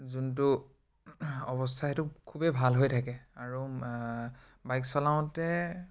যোনটো অৱস্থা সেইটো খুবেই ভাল হৈ থাকে আৰু বাইক চলাওঁতে